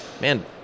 man